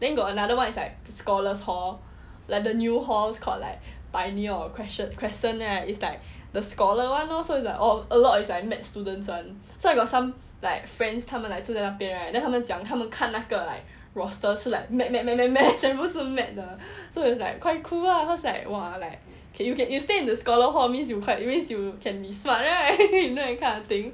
then got another [one] is like scholars hall like the new halls called like pioneer or crescent right is like the scholar [one] like so it's like a lot is like med students [one] so I got some like friends 他们 like 住在那边 right then 他们讲他们看那个 like roster 是 like med med med 全部是 like med 的 so it's like quite cool ah cause it's like !wah! can you get use to you stay in a scholar hall means you can be smart right that kind of thing